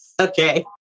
Okay